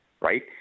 right